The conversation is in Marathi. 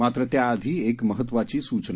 मात्र त्याआधी एक महत्त्वाची सूचना